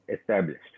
established